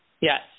Yes